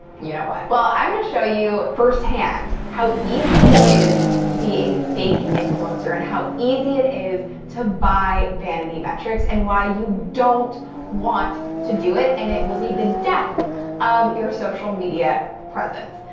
you know what? well i'm going to show you first-hand how easy it is to be a fake influencer, and how easy it is to buy vanity metrics. and why you don't want to do it, and it will be the death of your social media presence.